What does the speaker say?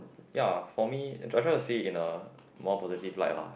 ya for me I try to see in a more positive light lah